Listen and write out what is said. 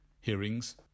hearings